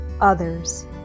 others